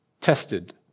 tested